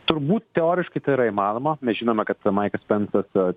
turbūt teoriškai tai yra įmanoma mes žinome kad maikas spensas